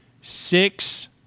Six